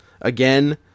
again